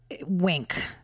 wink